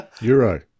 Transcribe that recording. Euro